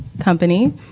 company